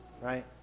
right